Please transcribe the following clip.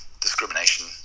discrimination